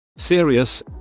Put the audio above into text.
serious